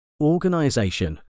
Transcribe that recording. Organization